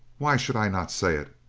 why should i not say it?